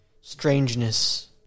strangeness